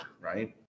right